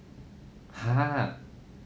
!huh!